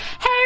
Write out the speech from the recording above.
Hey